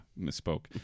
misspoke